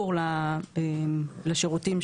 זרים.